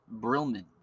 Brillman